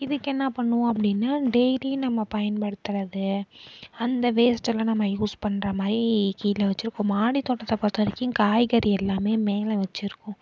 இதுக்கு என்ன பண்ணுவோம் அப்படின்னா டெய்லி நம்ம பயன்படுத்துறது அந்த வேஸ்ட் எல்லாம் நம்ம யூஸ் பண்ணுற மாதிரி கீழே வச்சிருக்கோம் மாடி தோட்டத்தை பொறுத்த வரைக்கும் காய்கறி எல்லாமே மேலே வச்சிருக்கோம்